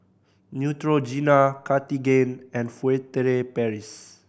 Neutrogena Cartigain and Furtere Paris